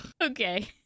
Okay